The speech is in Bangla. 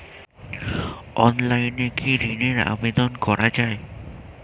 অনলাইনে কি ঋণের আবেদন করা যায়?